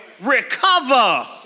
recover